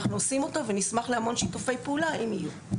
עושים אותה, נשמח להרבה שיתופי פעולה אם יהיו.